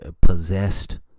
Possessed